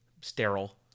Sterile